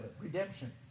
Redemption